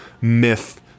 myth